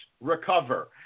recover